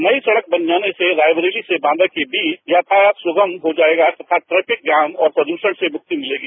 नई सड़क बन जाने से रायबरेली से बांदा के बीच यातायात सुगम हो जायेगा तथा ट्रैफिक जाम तथा प्रदृषण से मुक्ति मिलेगी